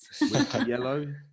Yellow